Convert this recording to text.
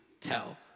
tell